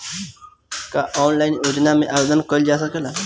का ऑनलाइन योजना में आवेदन कईल जा सकेला?